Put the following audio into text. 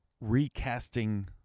Recasting